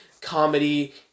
comedy